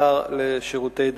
השר לשירותי דת,